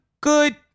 good